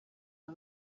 aba